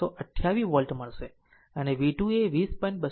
428 volt મળશે અને v2 એ 20